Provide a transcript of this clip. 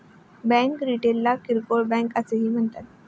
bank रिटेलला किरकोळ bank असेही म्हणतात